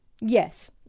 Yes